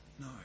no